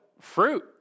fruit